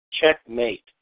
Checkmate